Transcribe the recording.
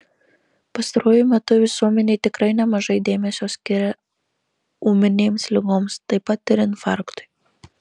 pastaruoju metu visuomenė tikrai nemažai dėmesio skiria ūminėms ligoms taip pat ir infarktui